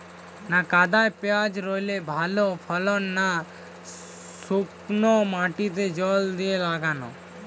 কাদায় পেঁয়াজ রুইলে ভালো ফলন না শুক্নো মাটিতে জল দিয়ে লাগালে?